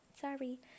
Sorry